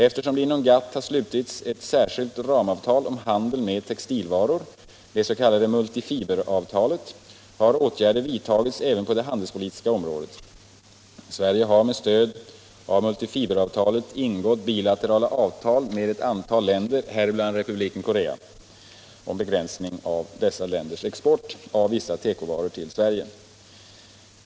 Eftersom det inom GATT har slutits ett särskilt ramavtal om handeln 5 med textilvaror, det s.k. multifiberavtalet, har åtgärder vidtagits även på det handelspolitiska området. Sverige har med stöd av multifiberavtalet ingått bilaterala avtal med ett antal länder, häribland Republiken Korea, om begränsning av dessa länders export av vissa tekovaror till Sverige.